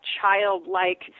childlike